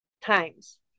Times